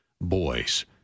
Boys